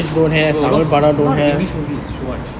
bro a lot a lot of english movies you should watch